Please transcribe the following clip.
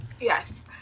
Yes